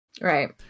Right